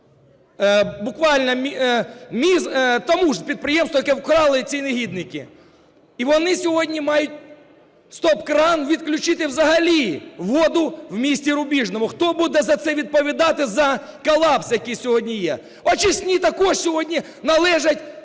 Буквально тому ж підприємству, яке вкрали ці негідники, і вони сьогодні мають стоп-кран відключити взагалі воду в місті Рубіжному. Хто буде за це відповідати, за колапс, який сьогодні є? Очисні також сьогодні належать